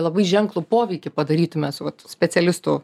labai ženklų poveikį padarytume su vat specialistų